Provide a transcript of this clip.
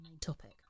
topic